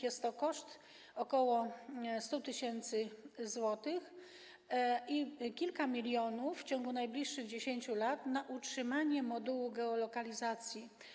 Jest to koszt ok. 100 tys. zł i kilka milionów w ciągu najbliższych 10 lat na utrzymanie modułu geolokalizacji.